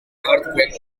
earthquake